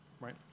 right